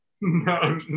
No